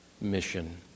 mission